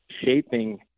shaping